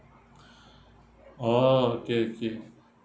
orh okay okay